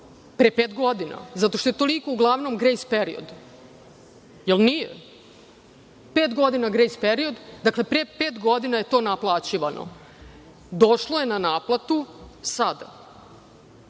pre pet godina, zato što je toliko uglavnom grejs period. Zar nije? Pet godina grejs period, dakle, pre pet godina je to naplaćivano. Došlo je na naplatu sada. Dokaz